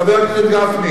חבר הכנסת גפני?